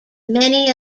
many